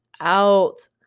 out